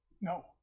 no